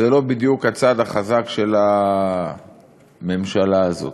זה לא בדיוק הצד החזק של הממשלה הזאת.